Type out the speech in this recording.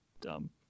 dumb